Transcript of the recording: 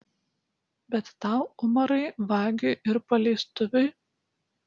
bet tau umarai vagiui ir paleistuviui